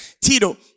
Tito